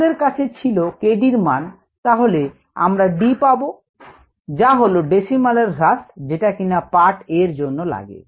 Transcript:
আমাদের কাছে যদি k d র মান থাকে তাহলে আমরা D পাব যা হলো decimal এর হ্রাস যেটা কিনা পার্ট a এর জন্য লাগে